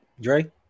Dre